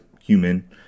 human